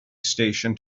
station